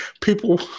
people